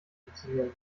funktionieren